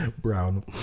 Brown